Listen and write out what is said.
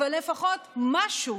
אבל לפחות משהו,